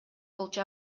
болчу